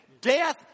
death